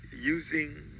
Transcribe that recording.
using